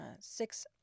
six